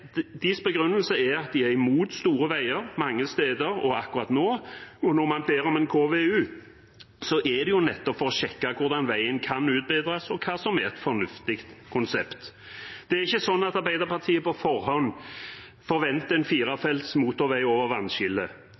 begrunnelse er at de er imot store veier mange steder, men når man nå ber om en KVU, er det jo nettopp for å sjekke hvordan veien kan utbedres, og hva som er et fornuftig konsept. Det er ikke sånn at Arbeiderpartiet på forhånd forventer en firefelts motorvei over